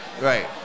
right